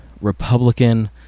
Republican